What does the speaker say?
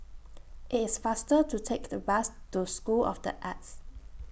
IT IS faster to Take The Bus to School of The Arts